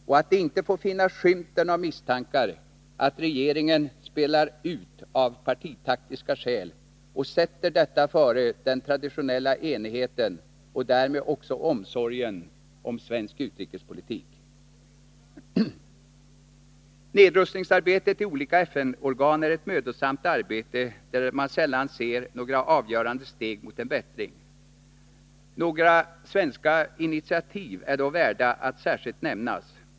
Det får inte finnas skymten av misstankar att regeringen spelar ut av partitaktiska skäl och sätter detta före den traditionella enigheten och därmed också omsorgen om svensk utrikespolitik. Nedrustningsarbetet i olika FN-organ är ett mödosamt arbete där man sällan ser några avgörande steg mot en bättring. Några svenska initiativ är dock värda att särskilt nämnas.